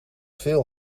veel